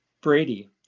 Brady